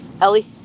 Ellie